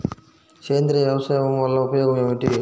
సేంద్రీయ వ్యవసాయం వల్ల ఉపయోగం ఏమిటి?